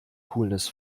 coolness